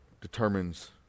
determines